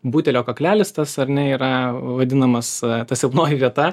butelio kaklelis tas ar ne yra vadinamas ta silpnoji vieta